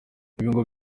ngo